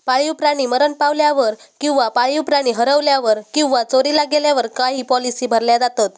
पाळीव प्राणी मरण पावल्यावर किंवा पाळीव प्राणी हरवल्यावर किंवा चोरीला गेल्यावर काही पॉलिसी भरल्या जातत